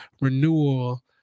renewal